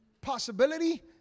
possibility